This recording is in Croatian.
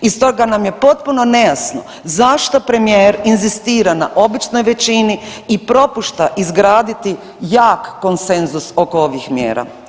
I stoga nam je potpuno nejasno zašto premijer inzistira na običnoj većini i propušta izgraditi jak konsenzus oko ovih mjera.